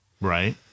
Right